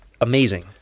amazing